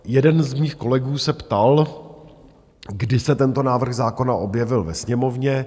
Jeden z mých kolegů se ptal, kdy se tento návrh zákona objevil ve sněmovně.